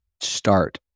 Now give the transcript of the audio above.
Start